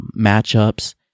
matchups